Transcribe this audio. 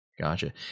Gotcha